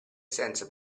senza